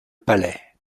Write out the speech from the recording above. palais